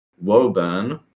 Woburn